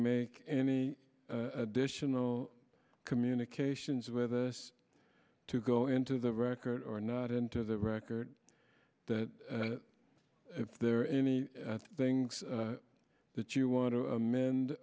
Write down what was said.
make any additional communications with us to go into the record or not into the record that if there are any things that you want to amend